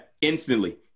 instantly